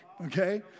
okay